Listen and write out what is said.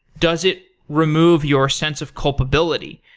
does it remove your sense of culpability?